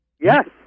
Yes